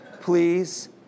Please